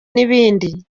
n’ibindi